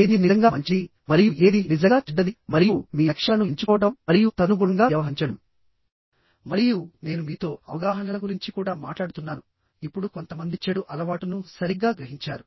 ఏది నిజంగా మంచిది మరియు ఏది నిజంగా చెడ్డది మరియు మీ లక్ష్యాలను ఎంచుకోవడం మరియు తదనుగుణంగా వ్యవహరించడం మరియు నేను మీతో అవగాహనల గురించి కూడా మాట్లాడుతున్నాను ఇప్పుడు కొంతమంది చెడు అలవాటును సరిగ్గా గ్రహించారు